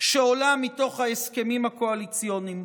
שעולה מתוך ההסכמים הקואליציוניים.